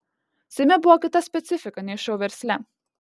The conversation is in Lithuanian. seime buvo kita specifika nei šou versle